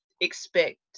expect